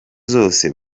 zose